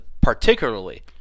Particularly